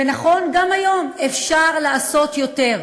ונכון, גם היום אפשר לעשות יותר,